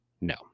No